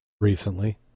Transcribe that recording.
recently